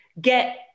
get